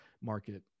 market